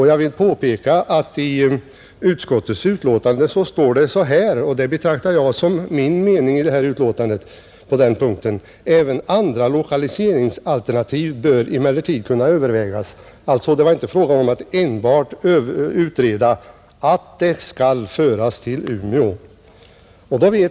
Jag vill påpeka att det i utskottets betänkande står — och det betraktar jag som min mening: ”Även andra lokaliseringsalternativ bör emellertid kunna övervägas.” Det var alltså inte fråga om att enbart utreda, om TRU-kommittén skall föras till Umeå.